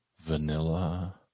vanilla